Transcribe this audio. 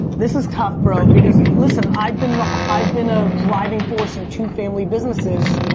this is tough bro, because, listen, i've been i've been a driving force in two family businesses,